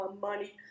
money